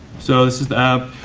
so this is the app.